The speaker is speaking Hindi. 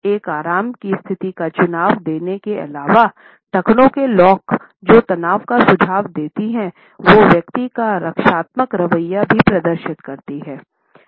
एक आराम की स्थिति का सुझाव देने के अलावाटखने के लॉक जो तनाव का सुझाव देती है वो व्यक्ति का रक्षात्मक रवैया भी प्रदर्शित करती है